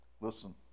listen